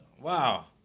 Wow